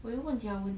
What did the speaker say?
我有一个问题要问你